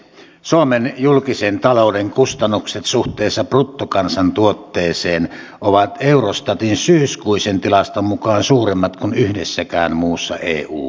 suomen julkisen talouden kustannukset suhteessa bruttokansantuotteeseen ovat eurostatin syyskuisen tilaston mukaan suuremmat kuin yhdessäkään muussa eu maassa